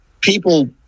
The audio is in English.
people